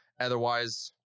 Otherwise